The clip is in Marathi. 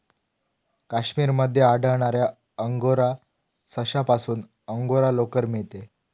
काश्मीर मध्ये आढळणाऱ्या अंगोरा सशापासून अंगोरा लोकर मिळते